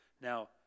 Now